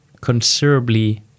considerably